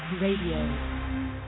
Radio